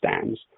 stands